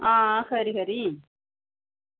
आं खरी खरी